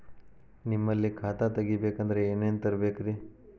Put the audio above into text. ನಿಮ್ಮಲ್ಲಿ ಖಾತಾ ತೆಗಿಬೇಕಂದ್ರ ಏನೇನ ತರಬೇಕ್ರಿ?